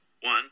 one